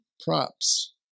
props